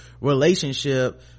relationship